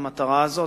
למטרה הזו,